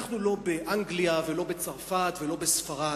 אנחנו לא באנגליה ולא בצרפת ולא בספרד.